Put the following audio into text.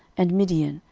and midian,